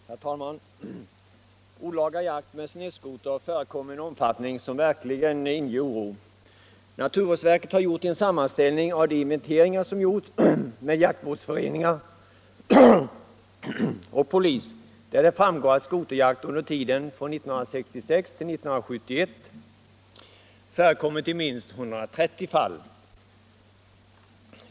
Herr talman! Olaga jakt med snöskoter förekommer i en omfattning som verkligen inger oro. Naturvårdsverket har gjort en sammanställning av de inventeringar som verkställts av jaktvårdsföreningar och polis, där det framgår att skoterjakt under tiden 1966-1971 förekommit i minst 130 fall.